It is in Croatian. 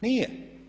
Nije.